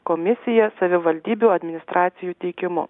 komisija savivaldybių administracijų teikimu